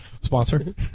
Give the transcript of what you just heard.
sponsor